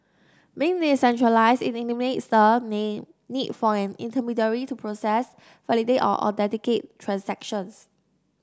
being decentralised it eliminates the need for an intermediary to process validate or authenticate transactions